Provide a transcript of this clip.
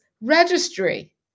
registry